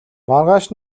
маргааш